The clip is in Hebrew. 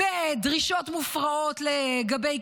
בדרישות מופרעות לגבי